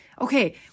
Okay